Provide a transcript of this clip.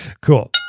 cool